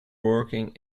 working